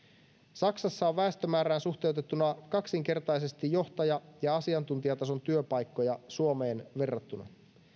saksassa on väestömäärään suhteutettuna kaksinkertaisesti johtaja ja asiantuntijatason työpaikkoja suomeen verrattuna